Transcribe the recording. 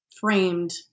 Framed